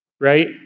right